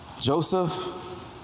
Joseph